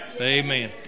Amen